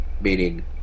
meaning